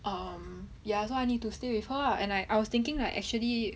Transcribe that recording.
um ya so I need to stay with her ah and I I was thinking like actually